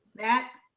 matt.